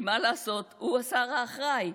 כי מה לעשות, הוא השר האחראי.